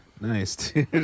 Nice